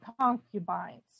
concubines